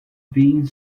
being